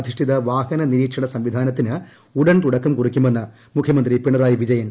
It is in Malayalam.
അധിഷ്ഠിത വാഹന നിരീക്ഷണ സംവിധാന ത്തിന് ഉടൻ തുടക്കം കുറിയ്ക്കുമെന്ന് മുഖൃമന്ത്രി പിണറായി വിജ യൻ